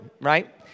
right